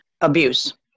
abuse